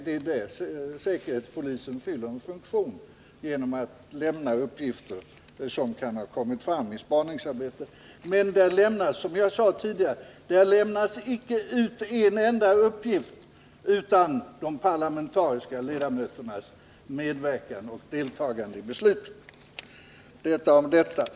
Det är där säkerhetspolisen fyller en funktion genom att lämna uppgifter som kan ha kommit fram i spaningsarbetet. Men som jag sade tidigare lämnas det inte ut en enda uppgift utan de parlamentariska ledamöternas medverkan och deltagande i beslutet. — Detta om detta!